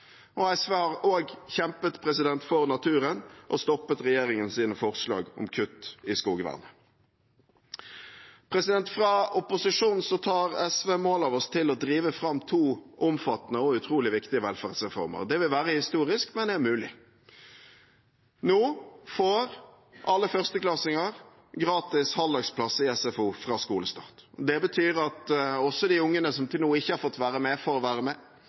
SV har også kjempet for naturen og stoppet regjeringens forslag om kutt i skogvernet. Fra opposisjon tar SV mål av seg til å drive fram to omfattende og utrolig viktige velferdsreformer. Det vil være historisk, men det er mulig. Nå får alle førsteklassinger gratis halvdagsplass i SFO fra skolestart. Det betyr at også de ungene som til nå ikke har fått være med, får være med.